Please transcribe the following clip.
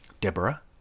Deborah